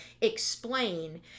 explain